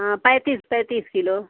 हाँ पैंतीस पैंतीस किलो